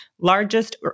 largest